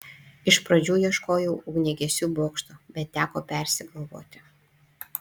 iš pradžių ieškojau ugniagesių bokšto bet teko persigalvoti